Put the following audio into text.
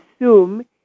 assume